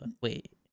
Wait